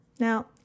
Now